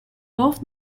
both